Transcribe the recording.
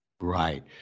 Right